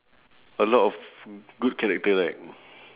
a lot of good character right